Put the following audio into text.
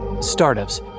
Startups